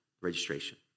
registration